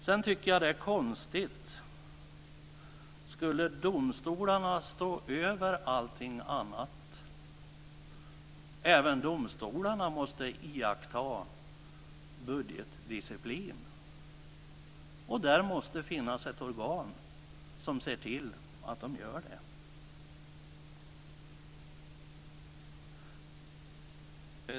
Sedan tycker jag att det vore konstigt om domstolarna skulle stå över allting annat. Även domstolarna måste iaktta budgetdisciplin, och det måste finnas ett organ som ser till att de gör det.